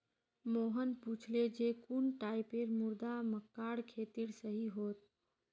मोहन पूछले जे कुन टाइपेर मृदा मक्कार खेतीर सही छोक?